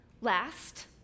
Last